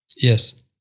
Yes